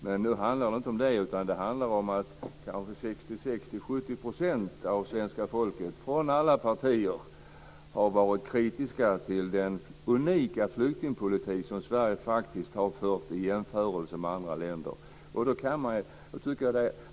Men nu handlar det inte om det, utan det handlar om att kanske 60-70 % av svenska folket, från alla partier, har varit kritiska till den unika flyktingpolitik som Sverige faktiskt har fört i jämförelse med andra länder.